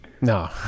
No